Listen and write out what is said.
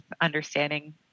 understanding